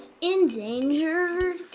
Endangered